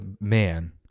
man